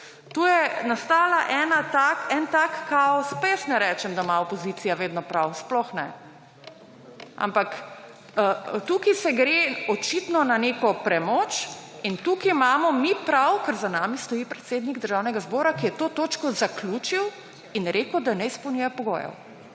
Tu je nastala ena, en tak kaos. Pa jaz ne rečem, da ima opozicija vedno prav, sploh ne. Ampak tukaj se gre očitno na neko premoč. In tukaj imamo mi prav, ker za nami stoji predsednik Državnega zbora, ki je to točko zaključil in rekel, da ne izpolnjuje pogojev.